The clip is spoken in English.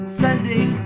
sending